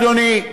אדוני,